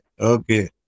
Okay